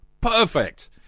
Perfect